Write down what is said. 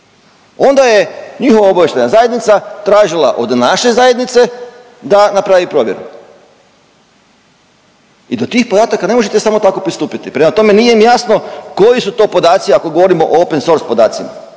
onda je njihova obavještajna zajednica tražila od naše zajednice da napravi provjeru i do tih podataka ne možete samo tako pristupiti. Prema tome nije mi jasno koji su to podaci ako govorimo o open source podacima,